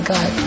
God